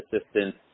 Assistance